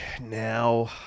now